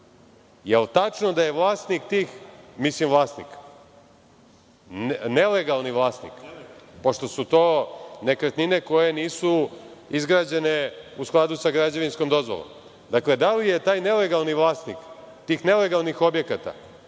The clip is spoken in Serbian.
jel tačno da je vlasnih tih, mislim nelegalni vlasnik, pošto su to nekretnine koje nisu izgrađene u skladu sa građevinskom dozvolom. Dakle, da li je taj nelegalni vlasnih, tih nelegalnih objekata